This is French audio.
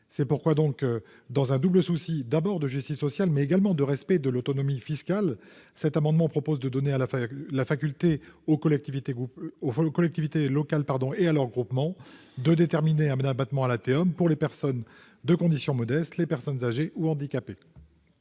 C'est pourquoi, dans un souci de justice sociale et de respect de l'autonomie fiscale, cet amendement tend à permettre aux collectivités locales et à leurs groupements de déterminer un abattement à la TEOM pour les personnes de condition modeste et les personnes âgées ou handicapées.